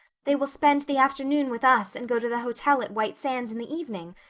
they will spend the afternoon with us and go to the hotel at white sands in the evening,